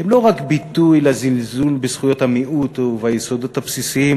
הן לא רק ביטוי לזלזול בזכויות המיעוט וביסודות הבסיסיים